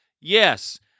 Yes